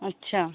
अच्छा